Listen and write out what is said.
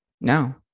no